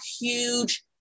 huge